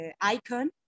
icon